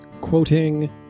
quoting